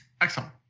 Excellent